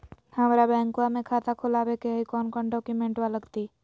हमरा बैंकवा मे खाता खोलाबे के हई कौन कौन डॉक्यूमेंटवा लगती?